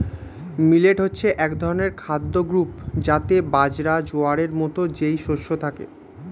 millet হচ্ছে এক ধরনের খাদ্য গ্রূপ যাতে বাজরা, জোয়ারের মতো যেই শস্য থাকে